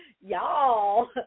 Y'all